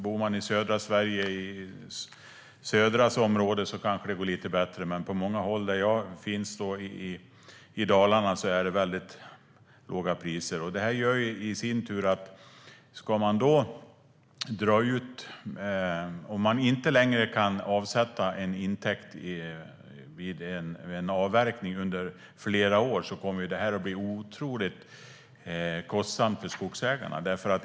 Bor man i södra Sverige, i Södras område, går det kanske lite bättre. Men på många håll i Dalarna, där jag bor, är det väldigt låga priser. Om man inte längre kan avsätta en intäkt under flera år vid en avverkning kommer det att bli otroligt kostsamt för skogsägarna.